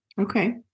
Okay